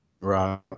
right